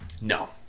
No